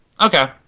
Okay